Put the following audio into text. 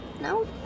No